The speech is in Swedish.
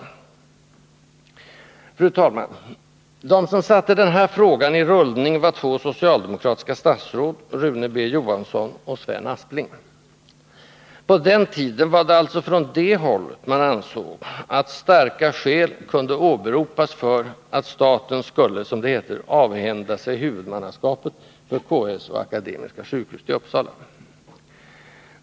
Fru talman! De som satte den här frågan i rullning var två socialdemokratiska statsråd — Rune B. Johansson och Sven Aspling. På den tiden var det alltså från det hållet man ansåg att ”starka skäl” kunde åberopas för att staten skulle ”avhända sig huvudmannaskapet” för KS och Akademiska sjukhuset i Uppsala.